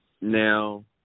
Now